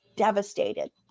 devastated